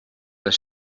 les